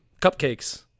cupcakes